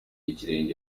ikirenge